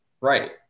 Right